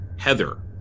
Heather